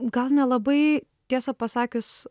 gal nelabai tiesą pasakius